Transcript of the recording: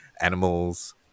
animals